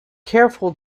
careful